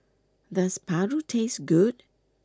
does Paru taste good